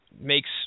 makes